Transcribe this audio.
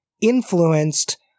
influenced